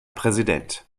präsident